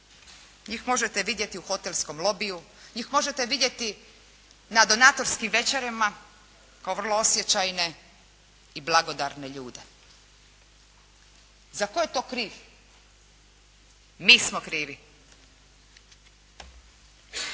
Njih možete vidjeti u hotelskom lobiju, njih možete vidjeti na donatorskim večerama, kao vrlo osjećajne i blagodarne ljude. Za tko je to kriv? Mi smo krivi.